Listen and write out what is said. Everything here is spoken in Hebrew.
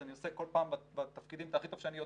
אז אני עושה כל פעם תפקידים הכי טוב שאני יודע,